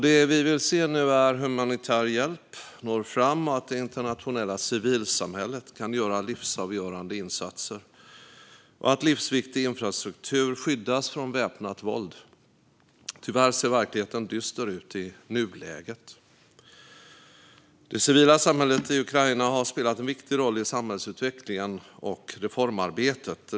Det vi vill se nu är att humanitär hjälp når fram, att det internationella civilsamhället kan göra livsavgörande insatser och att livsviktig infrastruktur skyddas från väpnat våld. Tyvärr ser verkligheten dyster ut i nuläget. Det civila samhället i Ukraina har spelat en viktig roll i samhällsutvecklingen och reformarbetet.